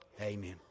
Amen